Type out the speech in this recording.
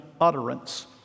utterance